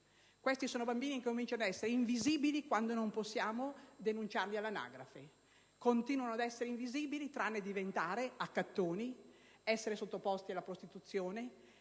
stanno? Sono bambini che cominciano ad essere invisibili quando non possiamo denunciarli all'anagrafe e che continuano ad essere invisibili, tranne diventare accattoni, essere coinvolti nella prostituzione,